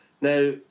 Now